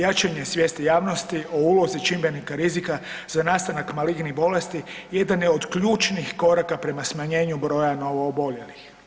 Jačanje svijesti javnosti o ulozi čimbenika rizika za nastanak malignih bolesti jedan je od ključnih koraka prema smanjenju broja novooboljelih.